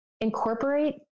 incorporate